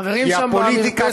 כי הפוליטיקה,